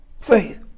faith